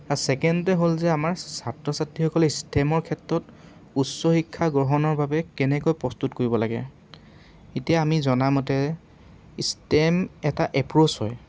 আৰু ছেকেণ্ডটে হ'ল যে আমাৰ ছাত্ৰ ছাত্ৰীসকলে ষ্টেমৰ ক্ষেত্ৰত উচ্চ শিক্ষা গ্ৰহণৰ বাবে কেনেকৈ প্ৰস্তুত কৰিব লাগে এতিয়া আমি জনামতে ষ্টেম এটা এপ্ৰ'চ হয়